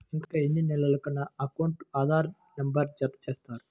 ఇంకా ఎన్ని నెలలక నా అకౌంట్కు ఆధార్ నంబర్ను జత చేస్తారు?